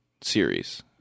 series